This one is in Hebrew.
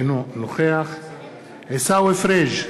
אינו נוכח עיסאווי פריג'